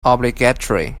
obligatory